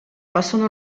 possono